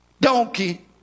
donkey